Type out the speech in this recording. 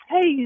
hey